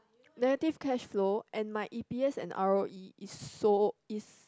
negative cashflow and my e_p_s and r_o_e is so is